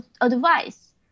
advice